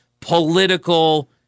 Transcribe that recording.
political